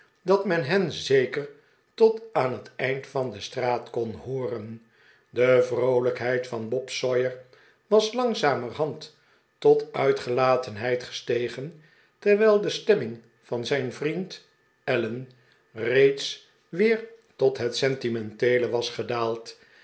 dat men hen zeker tot aan het eind van de straat kon hooren de vroolijkheid van bob sawyer was langzamerhand tot uitgelatenheid gestegen terwijl de stemming van zijn vriend allen reeds weer tot het sentimenteele was gedaald